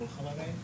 כמה צופים עד היום?